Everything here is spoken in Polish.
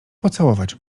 pocałować